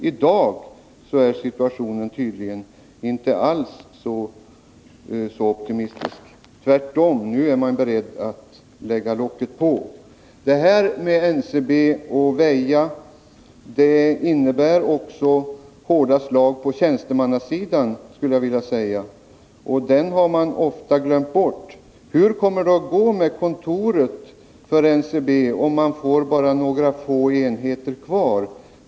I dag är situationen inte alls så optimistisk — nu är man tvärtom beredd att lägga locket på. Det här beskedet om NCB och Väja innebär också hårda slag mot tjänstemannasidan, skulle jag vilja säga, och tjänstemännen har man ofta glömt bort. Hur kommer det att gå med kontoret för NCB, om man bara får några få enheter kvar?